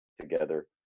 together